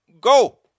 go